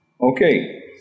Okay